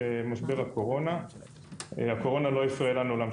הקורונה לא הפריעה לנו להמשיך לגייס פה היקף אדיר של כספים.